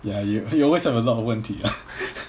ya you you always have a lot of 问题 ah